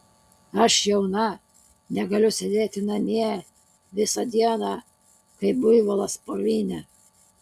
aš jauna negaliu sėdėti namie visą dieną kaip buivolas purvyne